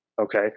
Okay